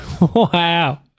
wow